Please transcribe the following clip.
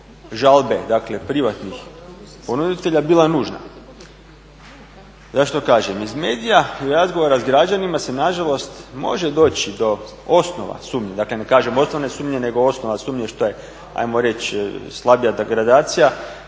žalbe privatnih ponuditelja bila nužna. Zašto to kažem? Iz medija, iz razgovora sa građanima se nažalost se može doći do osnova sumnje, dakle ne kažem osnovne sumnje nego osnova sumnje što je ajmo reći slabija degradacija,